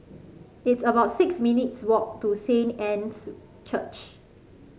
it's about six minutes' walk to Saint Anne's Church